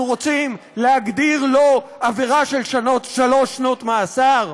רוצים להגדיר לו עבירה של שלוש שנות מאסר?